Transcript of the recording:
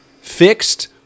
fixed